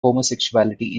homosexuality